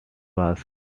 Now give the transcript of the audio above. was